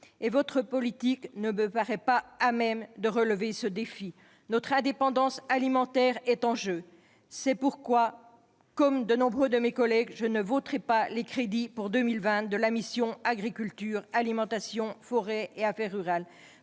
votre politique ne me paraît pas à même de relever ce défi. Notre indépendance alimentaire est en jeu. C'est pourquoi, comme nombre de mes collègues, je ne voterai pas les crédits pour 2020 de la mission « Agriculture, alimentation, forêt et affaires rurales ».